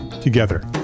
together